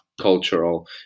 cultural